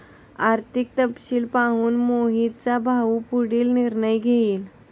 आर्थिक तपशील पाहून मोहितचा भाऊ पुढील निर्णय घेईल